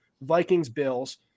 Vikings-Bills